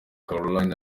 caroline